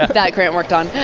that grant worked on.